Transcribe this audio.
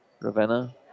Ravenna